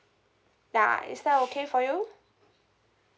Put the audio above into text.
ya is that okay for you